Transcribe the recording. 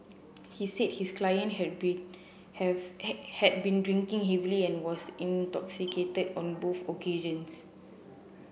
he said his client had been have had been drinking heavily and was intoxicated on both occasions